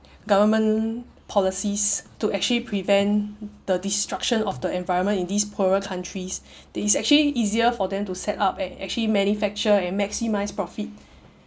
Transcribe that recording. government policies to actually prevent the destruction of the environment in these poorer countries that it's actually easier for them to set up and actually manufacture and maximise profit